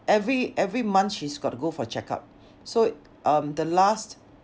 every every month she's gotta go for check-up so um the last